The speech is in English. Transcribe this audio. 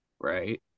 Right